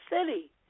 city